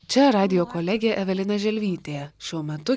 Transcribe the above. čia radijo kolegė evelina želvytė šiuo metu